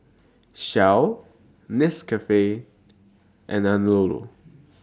Shell Nescafe and Anello